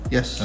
Yes